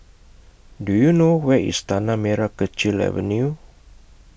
Do YOU know Where IS Tanah Merah Kechil Avenue